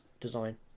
design